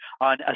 on